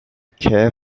care